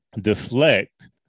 deflect